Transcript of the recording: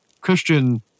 Christian